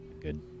Good